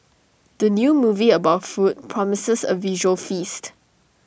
the new movie about food promises A visual feast